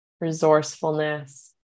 resourcefulness